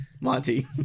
Monty